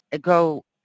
go